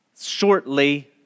shortly